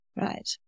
Right